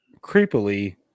creepily